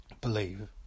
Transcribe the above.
believe